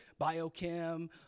biochem